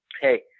hey